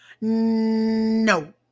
No